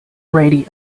radio